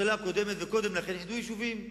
הממשלה הקודמת וקודם לכן, איחדו יישובים.